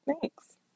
thanks